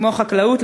כמו חקלאות,